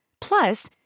Plus